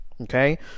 okay